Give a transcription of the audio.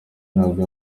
ntabwo